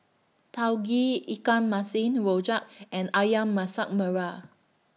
Tauge Ikan Masin Rojak and Ayam Masak Merah